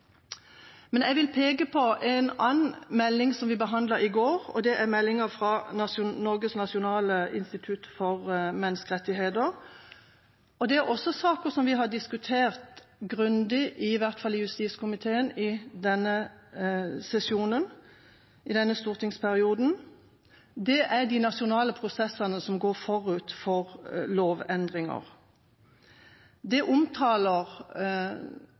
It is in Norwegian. Men jeg vil peke på en annen melding, årsmeldingen fra Norges nasjonale institutt for menneskerettigheter, som vi vi behandlet i går. Saker som vi har diskutert grundig, i hvert fall i justiskomiteen i denne stortingsperioden, er de nasjonale prosessene som går forut for lovendringer. Norges nasjonale institutt for menneskerettigheter omtaler